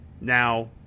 Now